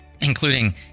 including